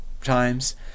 times